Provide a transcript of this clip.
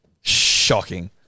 Shocking